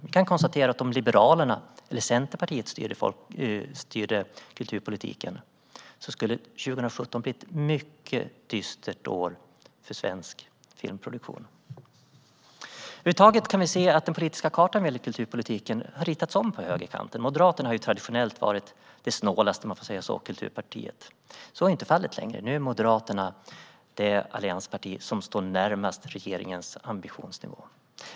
Vi kan konstatera att om Liberalerna eller Centerpartiet styrde kulturpolitiken skulle 2017 bli ett mycket dystert år för svensk filmproduktion. Över huvud taget kan vi se att den politiska kartan vad gäller kulturpolitiken har ritats om på högerkanten. Moderaterna har traditionellt varit det snålaste kulturpartiet, om man får säga så. Så är inte längre fallet. Nu är Moderaterna det alliansparti som står närmast regeringens ambitionsnivå.